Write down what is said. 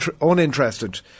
uninterested